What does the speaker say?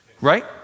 right